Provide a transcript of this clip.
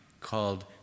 called